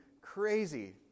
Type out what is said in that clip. crazy